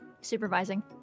supervising